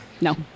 No